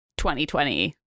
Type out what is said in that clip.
2020